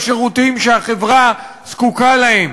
בשירותים שהחברה זקוקה להם: